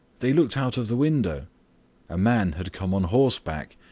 they looked out of the window a man had come on horseback,